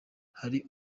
hari